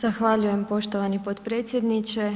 Zahvaljujem poštovani potpredsjedniče.